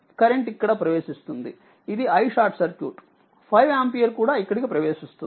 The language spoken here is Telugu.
కరెంట్ ఇక్కడ ప్రవేశిస్తుంది ఇది iSC 5 ఆంపియర్ కూడాఇక్కడకి ప్రవేశిస్తుంది